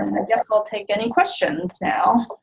guess i'll take any questions now.